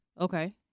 Okay